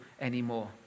anymore